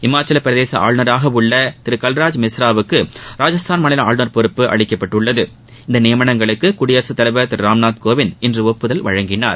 இமாச்சல பிரதேச ஆளுநராக உள்ள திரு கல்ராஜ் மிஸ்ராவுக்கு ராஜஸ்தான் மாநில ஆளுநர் பொறுப்பு அளிக்கப்பட்டுள்ளது இந்த நியமனங்களுக்கு குடியரசுத்தலைவர் திரு ராம்நாத் கோவிந்த் இன்று ஒப்புதல் அளித்துள்ளார்